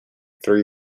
three